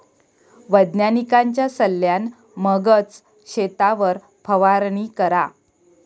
वैज्ञानिकांच्या सल्ल्यान मगच शेतावर फवारणी करा